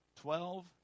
twelve